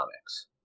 Comics